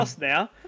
now